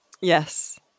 Yes